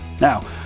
Now